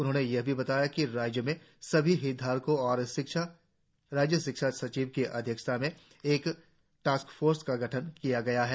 उन्होंने यह भी बताया कि राज्य में सभी हितधारकों और राज्य शिक्षा सचिव की अध्यक्षता में एक टास्क फोर्स का गठन किया गया है